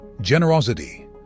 generosity